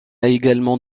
également